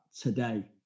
today